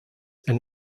and